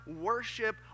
worship